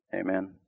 Amen